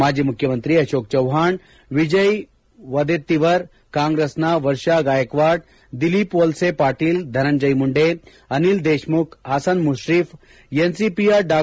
ಮಾಜಿ ಮುಖ್ಯಮಂತ್ರಿ ಅಶೋಕ್ ಚವಾಣ್ ವಿಜಯ್ ವದೆತ್ತಿವರ್ ಕಾಂಗ್ರೆಸ್ನ ವರ್ಷಾ ಗಾಯಕ್ನಾಡ್ ದಿಲೀಪ್ ವಲ್ಲೆ ಪಾಟೀಲ್ ಧನಂಜಯ್ ಮುಂಡೆ ಅನಿಲ್ ದೇಶ್ಮುಖ್ ಹಸನ್ ಮುಶ್ರಿಫ್ ಎನ್ಸಿಪಿಯ ಡಾ